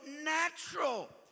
natural